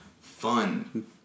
fun